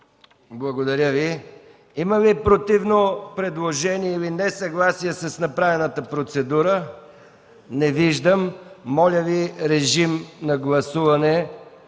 Благодаря Ви. Има ли противно предложение или несъгласие с направената процедура? Не виждам. Моля режим на гласуване